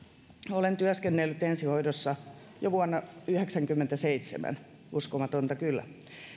olen työskennellyt ensihoidossa jo vuonna yhdeksänkymmentäseitsemän uskomatonta kyllä